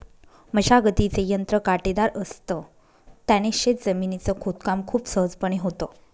मशागतीचे यंत्र काटेदार असत, त्याने शेत जमिनीच खोदकाम खूप सहजपणे होतं